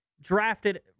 drafted